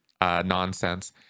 nonsense